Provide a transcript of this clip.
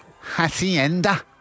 hacienda